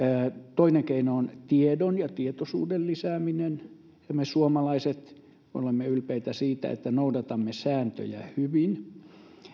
toinen keino on tiedon ja tietoisuuden lisääminen me suomalaiset olemme ylpeitä siitä että noudatamme sääntöjä hyvin